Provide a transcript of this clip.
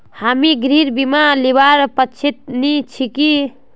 हामी गृहर बीमा लीबार पक्षत नी छिकु